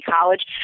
college